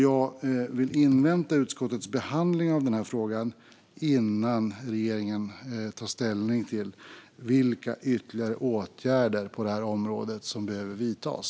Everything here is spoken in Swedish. Jag vill invänta utskottets behandling av frågan innan regeringen tar ställning till vilka ytterligare åtgärder på området som behöver vidtas.